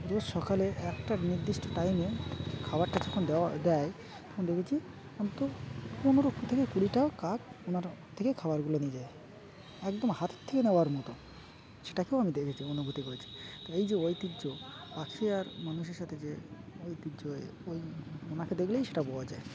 যার সকালে একটা নির্দিষ্ট টাইমে খাবারটা যখন দেওয়া দেয় তখন দেখেছি অন্ত পনেরো থেকে কুড়িটা কাক ওনার থেকে খাবারগুলো নিয়ে যায় একদম হাত থেকে নেওয়ার মতো সেটাকেও আমি দেখেছি অনুভূতি করেছি তো এই যে ঐতিহ্য পাখি আর মানুষের সাথে যে ঐতিহ্য ওই ওনাকে দেখলেই সেটা বওয়া যায়